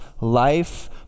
life